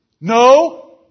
No